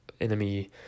enemy